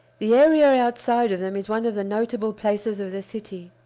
the area outside of them is one of the notable places of the city.